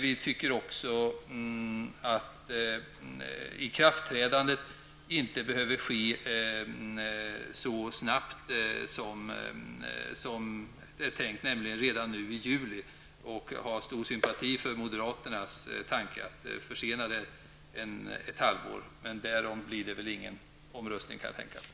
Vi tycker också att ikraftträdandet inte behöver ske så snabbt som det är tänkt, nämligen redan nu i juli. Vi har stor sympati för moderaternas tanke att försena det ett halvår. Men därom blir det väl ingen omröstning, kan jag tänka mig.